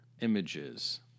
Images